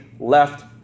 Left